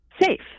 safe